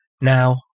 Now